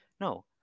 No